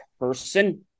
Person